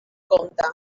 compte